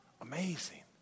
Amazing